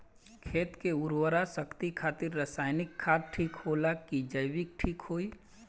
खेत के उरवरा शक्ति खातिर रसायानिक खाद ठीक होला कि जैविक़ ठीक होई?